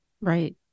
Right